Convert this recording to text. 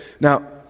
now